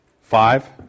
Five